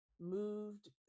moved